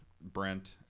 Brent